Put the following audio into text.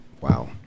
Wow